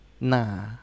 Nah